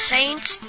Saints